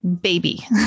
baby